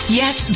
yes